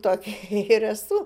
tokia ir esu